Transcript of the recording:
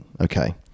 Okay